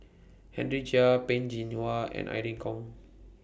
Henry Chia Peh Chin Hua and Irene Khong